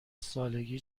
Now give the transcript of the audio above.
سالگی